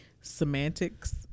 semantics